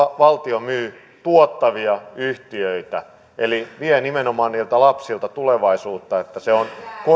valtio myy tuottavia yhtiöitä eli vie nimenomaan lapsilta tulevaisuutta se on